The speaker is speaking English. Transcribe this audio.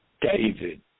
David